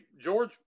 George